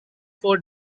four